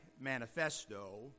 manifesto